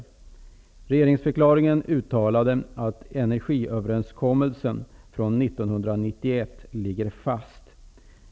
I regeringsförklaringen uttalades att energiöverenskommelsen från våren 1991 ligger fast.